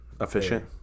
efficient